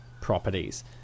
properties